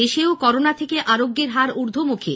দেশেও করোনা থেকে আরোগ্যের হার উর্ধ্বমুখী